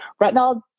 retinol